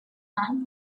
non